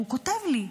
והוא כותב לי: